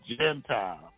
Gentile